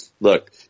Look